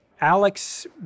Alex